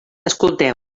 escolteu